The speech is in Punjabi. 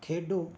ਖੇਡੋ